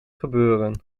gebeuren